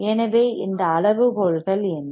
எனவே அந்த அளவுகோல்கள் என்ன